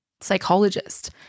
psychologist